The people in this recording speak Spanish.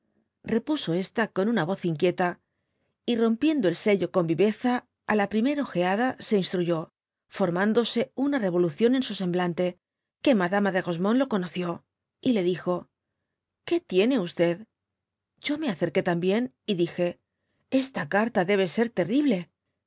repuso esta con una voz inquieta y rompiendo el sello con viveza á la primer ojeada se instruyó formándose una revolución en su semblante que madama de rosemonde lo conoció y le dijo que tiene yo me acerqué también y dije esta carta debe ser terrible